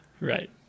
Right